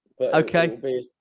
Okay